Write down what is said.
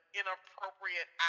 inappropriate